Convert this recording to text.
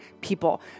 people